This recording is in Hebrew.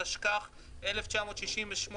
התשכ"ח-1968,